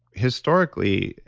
historically,